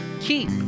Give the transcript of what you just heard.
keep